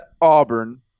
Auburn